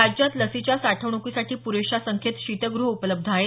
राज्यात लसीच्या साठवण्कीसाठी प्रेशा संख्येत शीतगृहं उपलब्ध आहेत